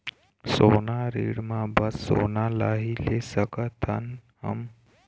सोना ऋण मा बस सोना ला ही ले सकत हन हम?